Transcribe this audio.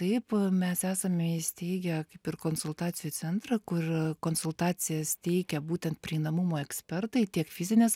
taip mes esame įsteigę kaip ir konsultacijų centrą kur konsultacijas teikia būtent prieinamumo ekspertai tiek fizinės